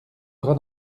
bras